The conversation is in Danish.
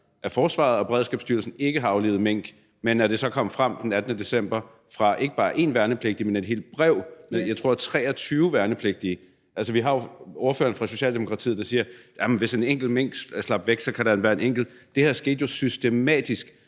at forsvaret og Beredskabsstyrelsen ikke har aflivet mink, men at det så kom frem den 18. december fra ikke bare en værnepligtig, men i et brev fra, tror jeg, 23 værnepligtige. Altså, vi har jo ordføreren for Socialdemokratiet, der siger: Jamen det kunne jo være, hvis en enkelt mink slap væk. Det her skete jo systematisk